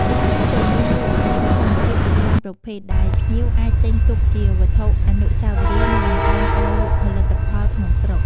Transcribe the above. ទីនេះក៏មានលក់ត្បូងធម្មជាតិជាច្រើនប្រភេទ ដែលភ្ញៀវអាចទិញទុកជាវត្ថុអនុស្សាវរីយ៍ និងបង្កើនការលក់ផលិតផលក្នុងស្រុក។